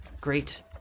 great